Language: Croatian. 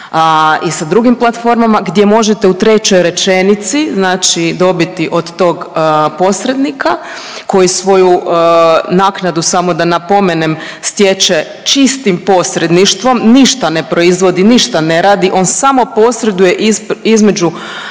i sa drugim platformama gdje možete u trećoj rečenici znači dobiti od tog posrednika koji svoju naknadu samo da napomenem stječe čistim posredništvom, ništa ne proizvodi, ništa ne radi, on samo posreduje između